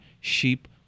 sheep